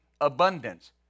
abundance